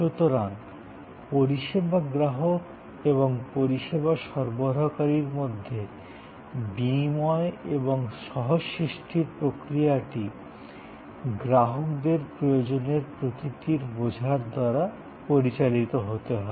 সুতরাং পরিষেবা গ্রাহক এবং পরিষেবা সরবরাহকারীর মধ্যে বিনিময় এবং সহ সৃষ্টির প্রক্রিয়াটি গ্রাহকদের প্রয়োজনের প্রকৃতির বোঝার দ্বারা পরিচালিত হতে হবে